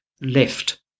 left